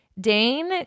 Dane